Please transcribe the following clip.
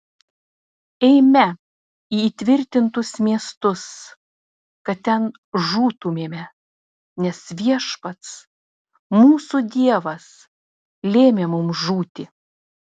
eime į įtvirtintus miestus kad ten žūtumėme nes viešpats mūsų dievas lėmė mums žūti